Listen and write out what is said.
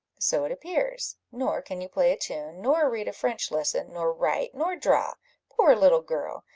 so it appears nor can you play a tune, nor read a french lesson, nor write, nor draw poor little girl!